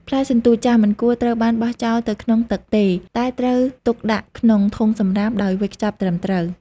ផ្លែសន្ទូចចាស់ មិនគួរត្រូវបានបោះចោលទៅក្នុងទឹកទេ តែត្រូវទុកដាក់ក្នុងធុងសំរាមដោយវេចខ្ចប់ត្រឹមត្រូវ។